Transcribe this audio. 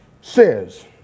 says